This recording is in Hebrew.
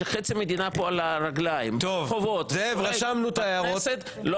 כשחצי מדינה פה על הרגליים ברחובות --- בכנסת לא